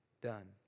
done